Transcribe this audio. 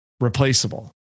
Replaceable